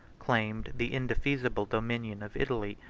claimed the indefeasible dominion of italy,